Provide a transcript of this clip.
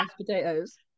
potatoes